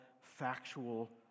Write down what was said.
factual